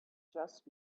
just